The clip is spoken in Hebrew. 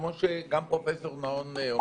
כמו שגם פרופ' נהון אומרת,